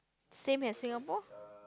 same as Singapore